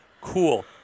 Cool